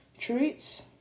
treats